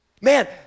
Man